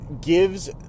gives